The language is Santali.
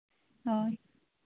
ᱦᱳᱭ